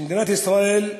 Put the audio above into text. שמדינת ישראל,